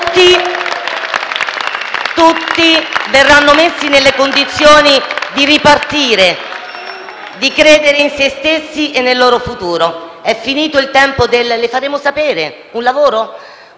Tutti verranno messi nelle condizioni di ripartire e di credere in sé stessi e nel proprio futuro. È finito il tempo del: "Le faremo sapere"; "Un lavoro?